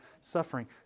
suffering